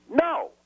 No